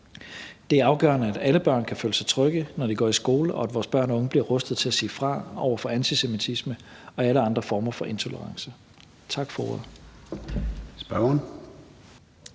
Det er afgørende, at alle børn kan føle sig trygge, når de går i skole, og at vores børn og unge bliver rustet til at sige fra over for antisemitisme og alle andre former for intolerance. Tak for ordet.